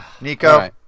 Nico